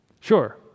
Sure